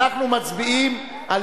אנחנו מצביעים על